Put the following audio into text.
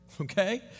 Okay